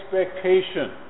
expectation